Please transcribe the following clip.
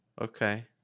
Okay